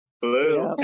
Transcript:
Blue